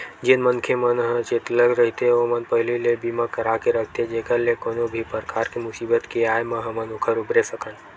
जेन मनखे मन ह चेतलग रहिथे ओमन पहिली ले बीमा करा के रखथे जेखर ले कोनो भी परकार के मुसीबत के आय म हमन ओखर उबरे सकन